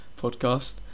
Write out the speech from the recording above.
podcast